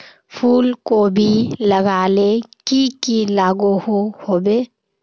फूलकोबी लगाले की की लागोहो होबे?